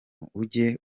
ujye